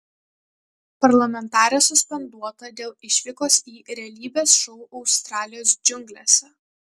parlamentarė suspenduota dėl išvykos į realybės šou australijos džiunglėse